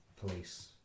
police